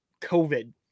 COVID